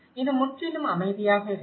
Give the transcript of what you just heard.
இது முற்றிலும் அமைதியாக இருக்கிறது